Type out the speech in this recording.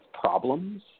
problems